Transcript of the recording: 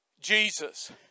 Jesus